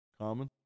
Common